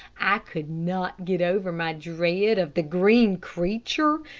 i could not get over my dread of the green creature,